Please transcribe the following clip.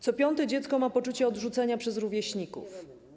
Co piąte dziecko ma poczucie odrzucenia przez rówieśników.